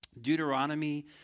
Deuteronomy